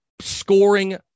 Scoring